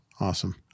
Awesome